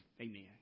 Amen